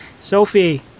Sophie